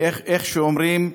ואיך שאומרים,